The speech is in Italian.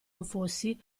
anfossi